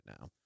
now